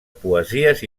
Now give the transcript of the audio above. poesies